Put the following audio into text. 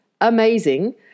Amazing